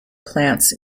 plants